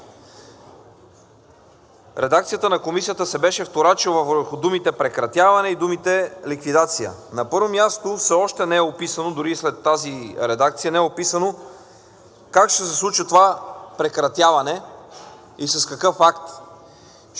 Редакцията на Комисията се беше вторачила върху думите „прекратяване“ и „ликвидация“. На първо място, все още не е описано, дори и след тази редакция не е описано как ще се случи това прекратяване и с какъв акт.